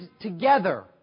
together